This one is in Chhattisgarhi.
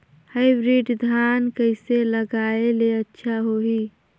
हाईब्रिड धान कइसे लगाय ले अच्छा होही?